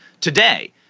today